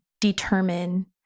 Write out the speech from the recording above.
determine